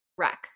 Rex